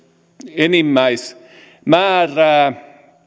enimmäismäärää